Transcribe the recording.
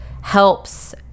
helps